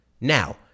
Now